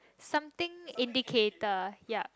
something indicator ya